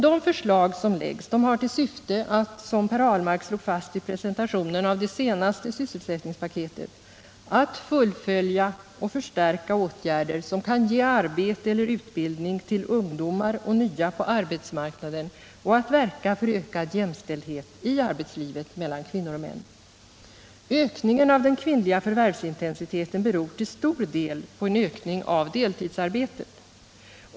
De förslag som läggs fram har till syfte att, som Per Ahlmark slog fast vid presentationen av det senaste sysselsättningspaketet, ”fullfölja och förstärka åtgärder som kan ge arbete eller utbildning till ungdomar och nya på arbetsmarknaden och verka för ökad jämställdhet i arbetslivet mellan kvinnor och män”. Ökningen av den kvinnliga förvärvsintensiteten beror till stor del på en ökning av deltidsarbetet.